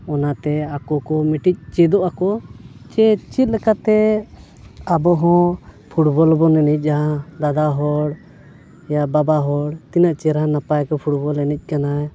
ᱚᱱᱟᱛᱮ ᱟᱠᱚ ᱠᱚ ᱢᱤᱴᱤᱡ ᱪᱮᱫᱚᱜ ᱟᱠᱚ ᱪᱮ ᱪᱮᱫ ᱞᱮᱠᱟᱛᱮ ᱟᱵᱚ ᱦᱚᱸ ᱯᱷᱩᱴᱵᱚᱞ ᱵᱚᱱ ᱮᱱᱮᱡᱟ ᱫᱟᱫᱟ ᱦᱚᱲ ᱭᱟ ᱵᱟᱵᱟ ᱦᱚᱲ ᱛᱤᱱᱟᱹᱜ ᱪᱮᱨᱦᱟ ᱱᱟᱯᱟᱭ ᱠᱚ ᱯᱷᱩᱴᱵᱚᱞ ᱮᱱᱮᱡ ᱠᱟᱱᱟ